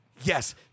yes